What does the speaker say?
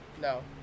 No